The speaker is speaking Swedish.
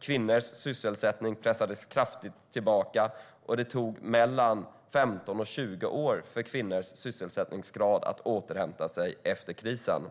Kvinnors sysselsättning pressades kraftigt tillbaka, och det tog 15-20 år för kvinnors sysselsättningsgrad att återhämta sig efter krisen.